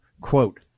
quote